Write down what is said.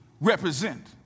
represent